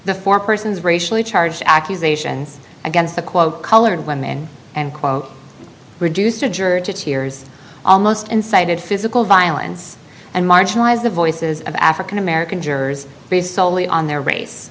the four persons racially charged accusations against the quote colored women and quote reduced injured to tears almost incited physical violence and marginalized the voices of african american jurors based solely on their race